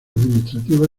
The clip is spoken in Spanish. administrativo